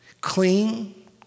clean